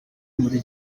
muri